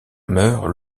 meurt